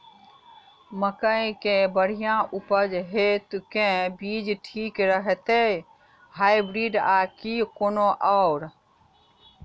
मकई केँ बढ़िया उपज हेतु केँ बीज ठीक रहतै, हाइब्रिड आ की कोनो आओर?